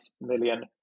Million